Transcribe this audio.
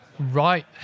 Right